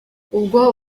ubwo